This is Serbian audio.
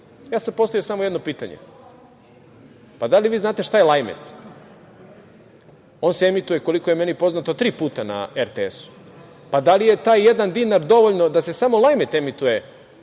ja sam postavio samo jedno pitanje – da li vi znate šta je Lajmet? On se emituje, koliko je meni poznato, tri puta na RTS-u. Da li je taj jedan dinar dovoljno da se samo Lajmet emituje